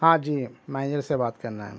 ہاں جی منیجر سے بات کرنا ہمیں